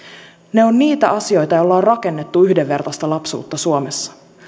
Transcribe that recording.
ne ovat niitä asioita joilla on rakennettu yhdenvertaista lapsuutta suomessa